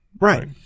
right